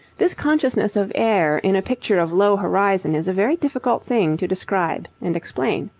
this consciousness of air in a picture of low horizon is a very difficult thing to describe and explain.